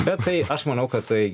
bet tai aš manau kad tai